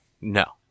No